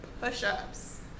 Push-ups